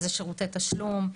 איזה שירותי תשלום,